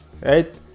Right